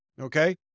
Okay